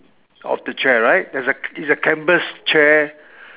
of the chair right there's a it's a canvas chair